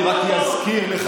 אני רק אזכיר לך,